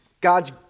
God's